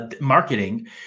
marketing